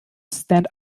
stand